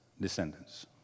descendants